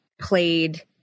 played